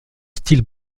style